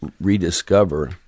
rediscover